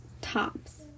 tops